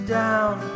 down